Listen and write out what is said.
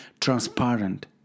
transparent